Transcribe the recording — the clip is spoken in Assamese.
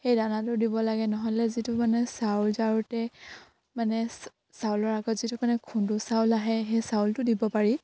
সেই দানাটো দিব লাগে নহ'লে যিটো মানে চাউল জাৰোঁতে মানে চাউলৰ আগত যিটো মানে খুন্দু চাউল আহে সেই চাউলটো দিব পাৰি